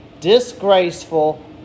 disgraceful